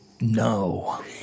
No